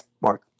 Mark